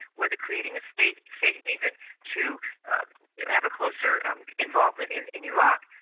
whether creating a state safe haven to have a closer involvement in in iraq,